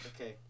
Okay